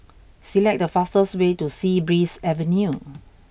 select the fastest way to Sea Breeze Avenue